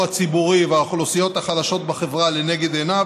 הציבורי והאוכלוסיות החלשות בחברה לנגד עיניו,